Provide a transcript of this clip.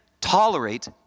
tolerate